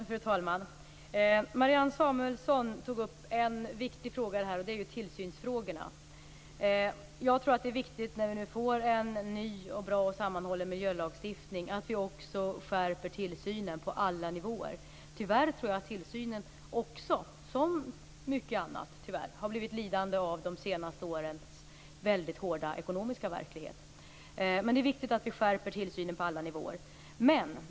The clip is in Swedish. Fru talman! Marianne Samuelsson tog upp en viktig fråga, nämligen tillsynen. När vi får en ny, bra och sammanhållen miljölagstiftning är det viktigt att vi också skärper tillsynen på alla nivåer. Tyvärr tror jag att också tillsynen, som så mycket annat, har blivit lidande av de senaste årens väldigt hårda ekonomiska verklighet. Det är alltså viktigt att vi skärper tillsynen på alla nivåer.